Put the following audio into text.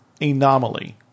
anomaly